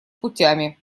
путями